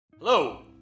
Hello